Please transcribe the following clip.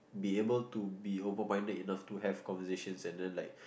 be able to open minded enough to have conversation and then like